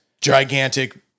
gigantic